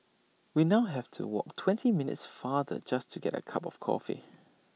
we now have to walk twenty minutes farther just to get A cup of coffee